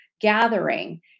gathering